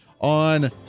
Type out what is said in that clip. on